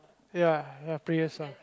ya prayers lah